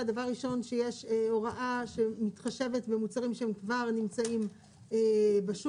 דבר ראשון שיש הוראה שמתחשבת במוצרים שהם כבר נמצאים בשוק,